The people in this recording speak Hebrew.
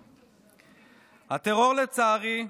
הטרור, לצערי,